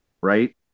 right